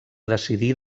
decidir